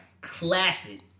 classic